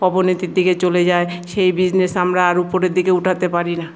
অবনতির দিকে চলে যায় সেই বিজনেস আমরা আর উপরের দিকে উঠাতে পারি না